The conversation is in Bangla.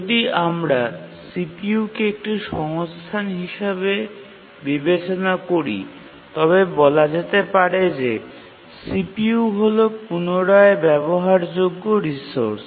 যদি আমরা CPU কে একটি সংস্থান হিসাবে বিবেচনা করি তবে বলা যেতে পারে যে CPU হল পুনরায় ব্যবহারযোগ্য রিসোর্স